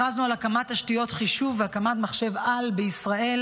הכרזנו על הקמת תשתיות חישוב והקמת מחשב-על בישראל